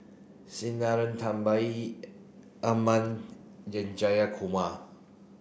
Sinnathamby Jayakumar